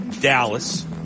Dallas